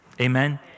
Amen